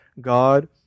God